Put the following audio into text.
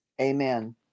amen